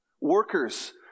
Workers